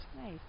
Nice